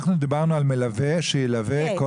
אנחנו דיברנו על מלווה שילווה כל אחד מהם.